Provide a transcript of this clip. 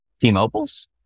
T-Mobile's